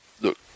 Look